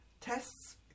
Tests